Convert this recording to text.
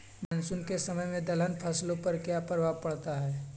Monsoon के समय में दलहन फसलो पर क्या प्रभाव पड़ता हैँ?